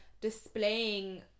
displaying